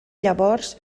llavors